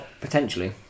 Potentially